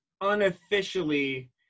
unofficially